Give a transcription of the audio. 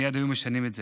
מייד היו משנים את זה.